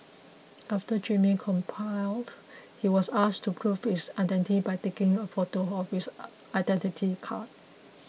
after Jimmy complied he was asked to prove his identity by taking a photo of his Identity Card